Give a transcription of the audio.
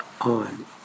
on